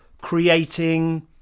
creating